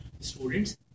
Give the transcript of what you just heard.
students